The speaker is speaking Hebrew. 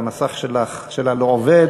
והמסך שלה לא עובד,